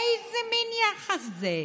איזה מין יחס זה?